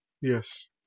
Yes